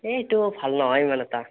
এই এইটো ভাল নহয় ইমান এটা